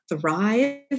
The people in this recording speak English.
thrive